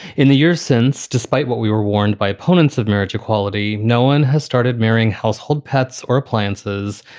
in the years since, despite what we were warned by opponents of marriage equality, no one has started marrying household pets or appliances.